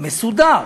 מסודר,